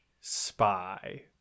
spy